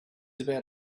about